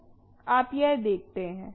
आप यह देखते हैं